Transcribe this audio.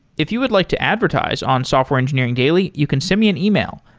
if you would like to advertise on software engineering daily, you can send me an email,